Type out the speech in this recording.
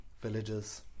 villages